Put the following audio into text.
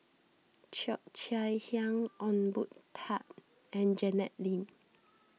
Cheo Chai Hiang Ong Boon Tat and Janet Lim